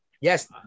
Yes